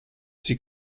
sie